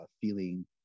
feeling